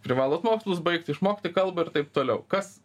privalot mokslus baigti išmokti kalbą ir taip toliau kas